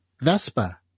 Vespa